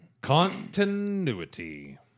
Continuity